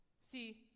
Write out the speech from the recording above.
See